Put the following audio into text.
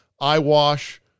eyewash